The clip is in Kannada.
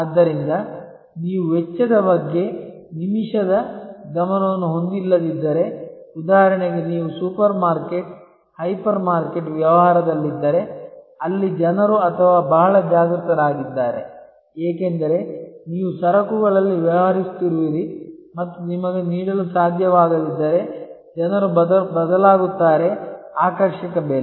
ಆದ್ದರಿಂದ ನೀವು ವೆಚ್ಚದ ಬಗ್ಗೆ ನಿಮಿಷದ ಗಮನವನ್ನು ಹೊಂದಿಲ್ಲದಿದ್ದರೆ ಉದಾಹರಣೆಗೆ ನೀವು ಸೂಪರ್ಮಾರ್ಕೆಟ್ ಹೈಪರ್ ಮಾರ್ಕೆಟ್ ವ್ಯವಹಾರದಲ್ಲಿದ್ದರೆ ಅಲ್ಲಿ ಜನರು ಅಥವಾ ಬಹಳ ಜಾಗೃತರಾಗಿದ್ದಾರೆ ಏಕೆಂದರೆ ನೀವು ಸರಕುಗಳಲ್ಲಿ ವ್ಯವಹರಿಸುತ್ತಿರುವಿರಿ ಮತ್ತು ನಿಮಗೆ ನೀಡಲು ಸಾಧ್ಯವಾಗದಿದ್ದರೆ ಜನರು ಬದಲಾಗುತ್ತಾರೆ ಆಕರ್ಷಕ ಬೆಲೆ